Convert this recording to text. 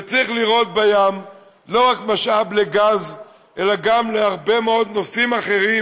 וצריך לראות בים לא רק משאב לגז אלא גם להרבה מאוד נושאים אחרים.